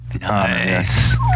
nice